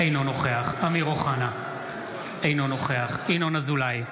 אינו נוכח אמיר אוחנה, אינו נוכח ינון אזולאי,